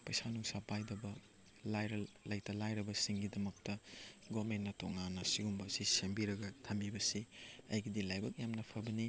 ꯄꯩꯁꯥ ꯅꯨꯡꯁꯥ ꯄꯥꯏꯗꯕ ꯂꯥꯏꯔ ꯂꯩꯇ ꯂꯥꯏꯔꯕꯁꯤꯡꯒꯤꯗꯃꯛꯇ ꯒꯣꯕꯔꯃꯦꯟꯅ ꯇꯣꯉꯥꯟꯅ ꯑꯁꯤꯒꯨꯝꯕꯁꯤ ꯁꯦꯝꯕꯤꯔꯒ ꯊꯝꯕꯤꯕꯁꯤ ꯑꯩꯒꯤꯗꯤ ꯂꯥꯏꯕꯛ ꯌꯥꯝꯅ ꯐꯕꯅꯤ